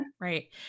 Right